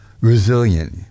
resilient